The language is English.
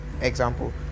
example